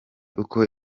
uko